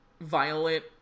violent